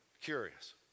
curious